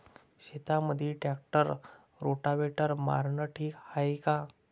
शेतामंदी tractor rotavator मारनं ठीक हाये का?